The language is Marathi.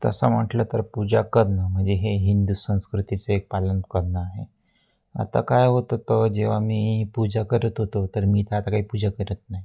तसं म्हटलं तर पूजा करणं म्हणजे हे हिंदू संस्कृतीचं एक पालन करणं आहे आता काय होतं तेव्हा जेव्हा मी पूजा करत होतो तर मी तर आता काही पूजा करत नाही